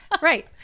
right